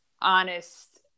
honest